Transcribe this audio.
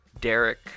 derek